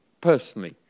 personally